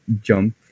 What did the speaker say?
jump